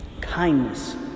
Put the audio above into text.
kindness